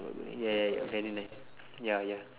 ya ya ya very nice ya ya